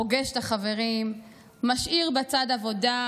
פוגש ת'חברים / משאיר בצד עבודה,